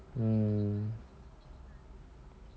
mm